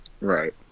Right